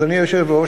אדוני היושב-ראש,